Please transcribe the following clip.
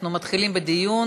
אנחנו מתחילים בדיון.